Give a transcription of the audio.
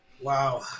Wow